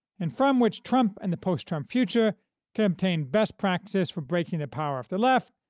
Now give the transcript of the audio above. and from which trump and the post-trump future can obtain best practices for breaking the power of the left,